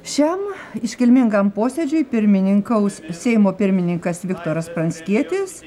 šiam iškilmingam posėdžiui pirmininkaus seimo pirmininkas viktoras pranckietis